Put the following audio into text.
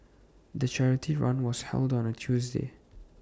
the charity run was held on A Tuesday